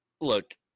Look